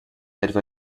etwa